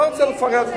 לא רוצה לפרט.